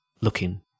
looking